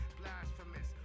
blasphemous